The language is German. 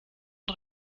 und